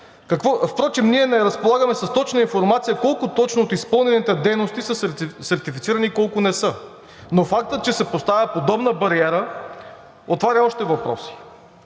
Впрочем, ние не разполагаме с точна информация колко точно от изпълнените дейности са сертифицирани и колко не са, но фактът, че се поставя подобна бариера, отваря още въпроси.